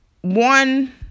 one